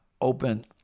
open